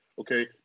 Okay